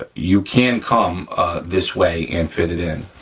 ah you can come this way and fit it in.